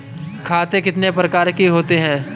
खाते कितने प्रकार के होते हैं?